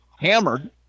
hammered